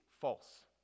false